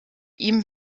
ihm